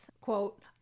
quote